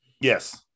Yes